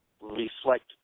reflect